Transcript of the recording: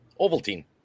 Ovaltine